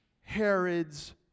Herod's